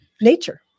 nature